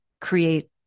create